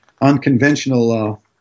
unconventional